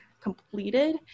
completed